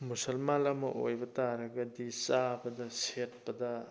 ꯃꯨꯁꯜꯃꯥꯟ ꯑꯃ ꯑꯣꯏꯕ ꯇꯥꯔꯒꯗꯤ ꯆꯥꯕꯗ ꯁꯦꯠꯄꯗ